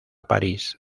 parís